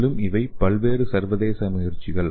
மேலும் இவை பல்வேறு சர்வதேச முயற்சிகள்